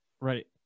Right